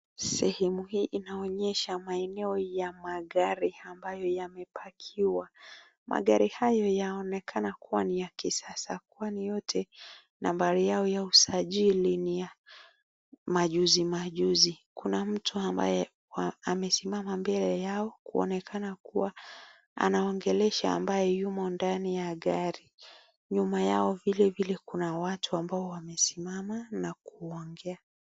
Sehemu hii inaonyesha maeneo ya magari ambayo yamepakiwa magari hayo yaonekana ni ya kisasa kwani yote nambari yao ya usajili ni ya majuzi majuzi. Kuna mtu ambaye amesimama mbele yao kuonekana kuwa anaongelesha ambaye yumo ndani ya gari. Nyuma yao vile vile kuna watu ambao wamesimama na kuongea.